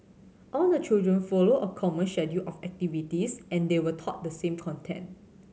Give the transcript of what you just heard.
all the children follow a common schedule of activities and they were taught the same content